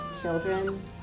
children